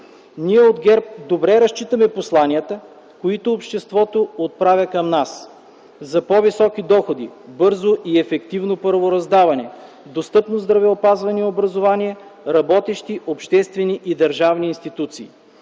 Ние от ГЕРБ добре разчитаме посланията, които обществото отправя към нас за по-високи доходи, бързо и ефективно правораздаване, достъпно здравеопазване и образование, работещи обществени и държавни институции.